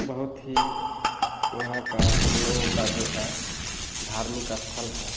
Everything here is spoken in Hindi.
बहुत ही वहाँ का हम लोगों का जो है धार्मिक स्थल है